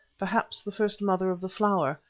perhaps the first mother of the flower,